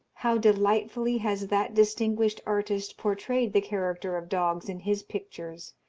how delightfully has that distinguished artist portrayed the character of dogs in his pictures!